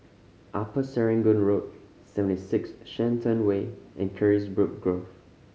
Upper Serangoon Road Seventy Six Shenton Way and Carisbrooke Grove